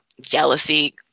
jealousy